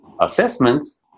assessments